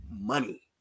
money